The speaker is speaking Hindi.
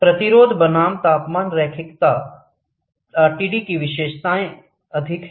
प्रतिरोध बनाम तापमान रैखिकता आरटीडी की विशेषताएं अधिक हैं